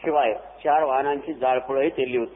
शिवाय चार वाहनांची जाळपोळही केली होती